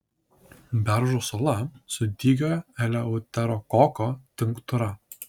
beržo sula su dygiojo eleuterokoko tinktūra